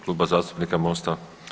Kluba zastupnika MOST-a.